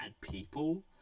people